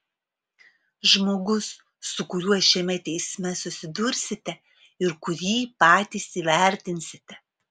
žmogus su kuriuo šiame teisme susidursite ir kurį patys įvertinsite